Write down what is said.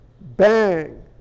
bang